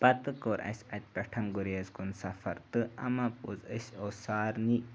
پَتہٕ کوٚر اَسہِ اَتہِ پٮ۪ٹھ گُریز کُن سفر تہٕ اَماپوٚز أسۍ اوس سارنی